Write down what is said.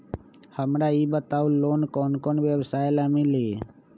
हमरा ई बताऊ लोन कौन कौन व्यवसाय ला मिली?